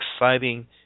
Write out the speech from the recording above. exciting